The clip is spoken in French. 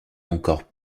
encore